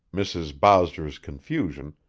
mrs. bowser's confusion,